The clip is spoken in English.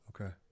Okay